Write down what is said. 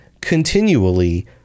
continually